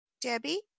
Debbie